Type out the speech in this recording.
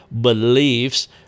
beliefs